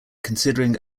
considering